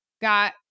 got